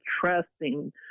trusting